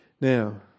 Now